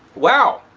wow!